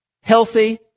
healthy